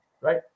right